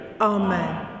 Amen